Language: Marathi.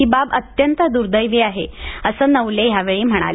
ही बाब अत्यंत दुर्देवी आहे असं नवले यावेळी म्हणाले